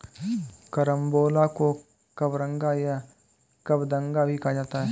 carambola को कबरंगा या कबडंगा भी कहा जाता है